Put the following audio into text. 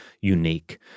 unique